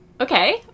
Okay